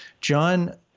john